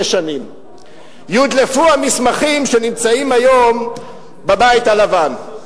שש שנים: יודלפו המסמכים שנמצאים היום בבית הלבן.